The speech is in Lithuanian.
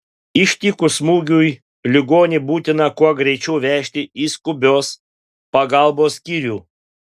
ištikus smūgiui ligonį būtina kuo greičiau vežti į skubios pagalbos skyrių